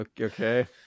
Okay